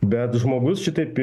bet žmogus šitaip